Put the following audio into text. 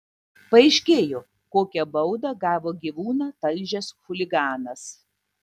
paaiškėjo kokią baudą gavo gyvūną talžęs chuliganas